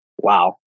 wow